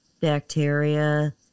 bacteria